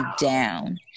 down